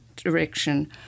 Direction